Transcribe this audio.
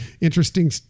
interesting